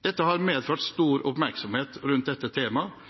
Dette har medført stor oppmerksomhet rundt temaet,